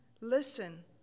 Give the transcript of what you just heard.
listen